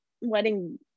wedding